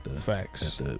Facts